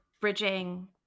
bridging